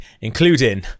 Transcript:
including